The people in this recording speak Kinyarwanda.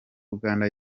uganda